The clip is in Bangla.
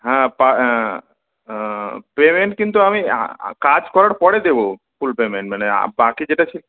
হ্যাঁ পেমেন্ট কিন্তু আমি কাজ করার পরে দেব ফুল পেমেন্ট মানে বাকি যেটা